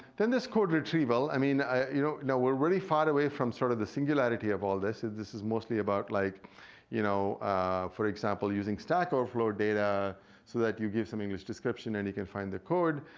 then this code retrieval. i mean, you know you know we're really far away from sort of the singularity of all this. ah this is mostly about, like you know for for example, using stack overflow data so that you give some english description and you can find the code.